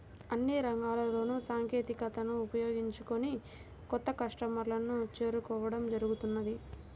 అన్ని రంగాల్లోనూ సాంకేతికతను ఉపయోగించుకొని కొత్త కస్టమర్లను చేరుకోవడం జరుగుతున్నది